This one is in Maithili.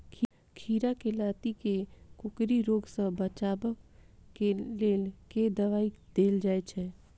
खीरा केँ लाती केँ कोकरी रोग सऽ बचाब केँ लेल केँ दवाई देल जाय छैय?